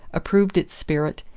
approved its spirit,